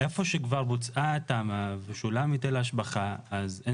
שכבר בוצעה התמ"א ושולם היטל ההשבחה אין